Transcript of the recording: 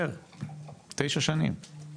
יותר, אפילו תשע שנים.